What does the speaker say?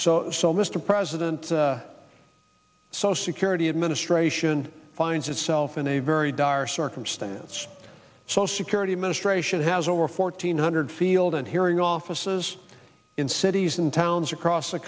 so so mr president so security administration finds itself in a very dire circumstance so security administration has over fourteen hundred field and hearing offices in cities and towns across the